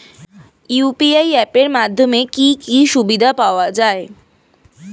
UPI app এর মাধ্যমে কি কি সুবিধা পাওয়া যায়?